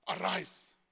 Arise